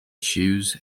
shoes